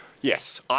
Yes